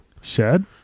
Shed